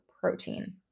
protein